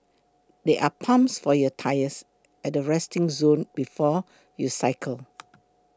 there are pumps for your tyres at the resting zone before you cycle